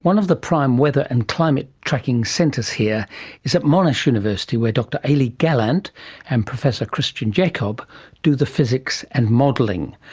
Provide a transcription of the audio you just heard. one of the prime weather and climate tracking centres here is at monash university where dr ailie gallant and professor christian jakob do the physics and modelling.